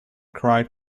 cried